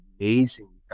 amazing